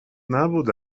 نبوده